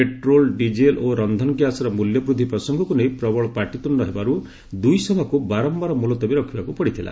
petrol diesel ଓ ରନ୍ଧନ ଗ୍ୟାସର ମୂଲ୍ୟ ବୃଦ୍ଧି ପ୍ରସଙ୍ଗକୁ ନେଇ ପ୍ରବଳ ପାଟିତୁଣ୍ଡ ହେବାରୁ ଦୁଇସଭାକୁ ବାରମ୍ଭାର ମୁଲତବୀ ରଖିବାକୁ ପଡ଼ିଥିଲା